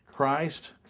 Christ